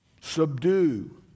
subdue